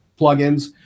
Plugins